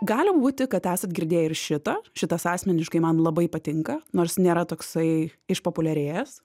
gali būti kad esat girdėję ir šitą šitas asmeniškai man labai patinka nors nėra toksai išpopuliarėjęs